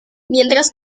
mientras